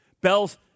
Bell's